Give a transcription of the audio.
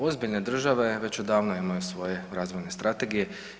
Ozbiljne države već odavno imaju svoje razvojne strategije.